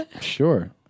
sure